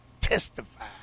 testify